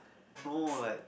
no like